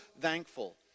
thankful